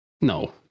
no